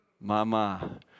Mama